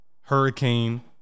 hurricane